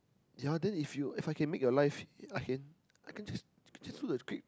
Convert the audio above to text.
yea then if you if I can make your life I can I can just just do the script